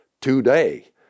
today